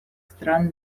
стран